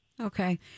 Okay